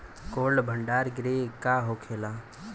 Cold भण्डार गृह का होखेला?